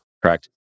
Correct